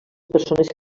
persones